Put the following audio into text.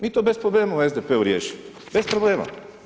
Mi to bez problema u SDP-u riješimo, bez problema.